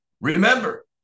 Remember